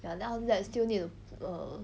ya then after that still need to err